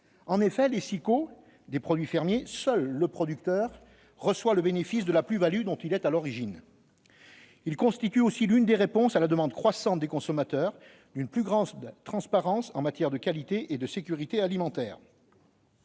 Avec les SIQO des produits fermiers, seul le producteur reçoit le bénéfice de la plus-value dont il est à l'origine. Ils constituent aussi l'une des réponses à la demande croissante des consommateurs d'une plus grande transparence en matière de qualité et de sécurité alimentaire.